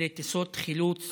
אלה טיסות חילוץ